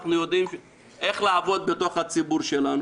אנחנו יודעים איך לעבוד בתוך הציבור שלנו.